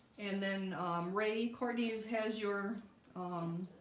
and then um ray courtney's has your um,